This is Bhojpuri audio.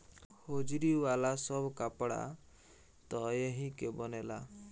होजरी वाला सब कपड़ा त एही के बनेला